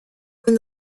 when